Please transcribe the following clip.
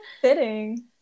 Fitting